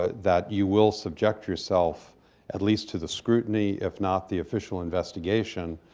ah that you will subject yourself at least to the scrutiny, if not the official investigation,